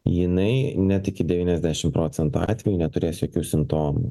jinai net iki devyniasdešimt procentų atvejų neturės jokių simptomų